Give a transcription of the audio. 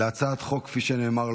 כפי שנאמר,